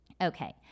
Okay